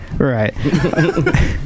Right